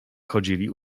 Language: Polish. chodzili